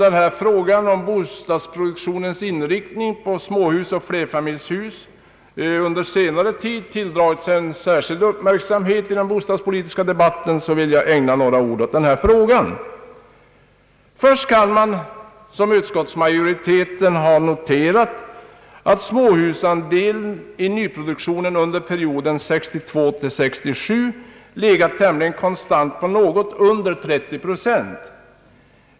Eftersom frågan om bostadsproduktionens inriktning på småhus och flerfamiljshus under senare tid tilldragit sig särskild uppmärksamhet i den bostadspolitiska debatten, vill jag ägna några ord åt den. Först kan man, som utskottsmajoriteten har gjort, notera att småhusens andel i nyproduktionen under perioden 1962—1967 legat tämligen konstant på något under 30 procent.